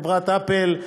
חברת "אפל",